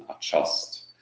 adjust